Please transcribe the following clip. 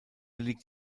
liegt